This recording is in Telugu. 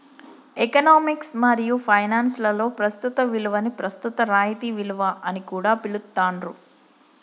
ఎకనామిక్స్ మరియు ఫైనాన్స్ లలో ప్రస్తుత విలువని ప్రస్తుత రాయితీ విలువ అని కూడా పిలుత్తాండ్రు